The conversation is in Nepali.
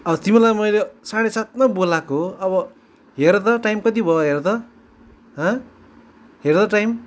अब तिमीलाई मैले साढे सातमै बोलाएको अब हेर त टाइम कति भयो हेर त हँ हेर त टाइम